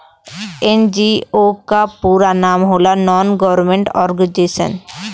NGO क पूरा नाम होला नान गवर्नमेंट और्गेनाइजेशन